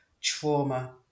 trauma